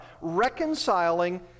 reconciling